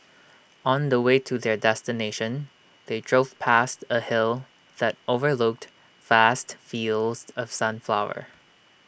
on the way to their destination they drove past A hill that overlooked vast fields of sunflowers